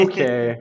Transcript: Okay